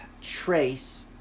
trace